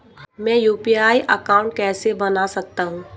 मैं UPI account कैसे बना सकता हूं?